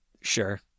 sure